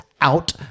Out